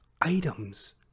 Items